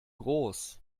groß